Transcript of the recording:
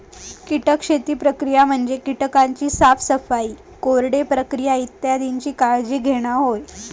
कीटक शेती प्रक्रिया म्हणजे कीटकांची साफसफाई, कोरडे प्रक्रिया इत्यादीची काळजी घेणा होय